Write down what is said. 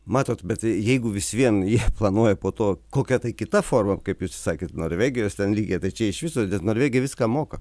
matot bet jeigu vis vien jie planuoja po to kokia tai kita forma kaip jūs sakėt norvegijos ten lygyje tai čia iš viso norvegija viską moka